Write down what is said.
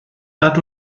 nad